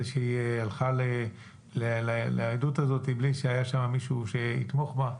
שהיא הלכה לעדות הזאת בלי שיהיה שם מישהו שיתמוך בה.